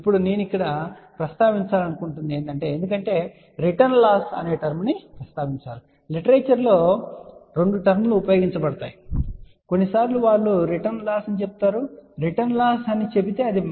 ఇప్పుడు నేను ఇక్కడ ప్రస్తావించాలనుకుంటున్నాను ఎందుకంటే రిటర్న్ లాస్ అనే టర్మ్ ని ప్రస్తావించారు సరే లిటరేచర్ లో రెండు టర్మ్ లు ఉపయోగించబడుతున్నాయని చూడండి సరే కొన్నిసార్లు వారు రిటర్న్ లాస్ అని చెప్తారు రిటర్న్ లాస్ అని చెబితే అది మైనస్ 20 log S11